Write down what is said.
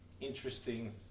Interesting